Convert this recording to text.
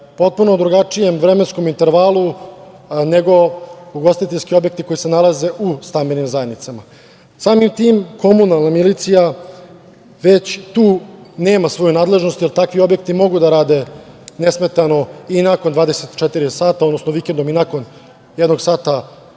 potpuno drugačijem vremenskom intervalu nego ugostiteljski objekti koji se nalaze u stambenim zajednicama. Samim tim, komunalna milicija već tu nema svoju nadležnost, jer takvi objekti mogu da rade nesmetano i nakon 24 sata, odnosno vikendom i nakon jednog sata